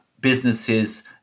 businesses